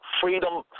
freedom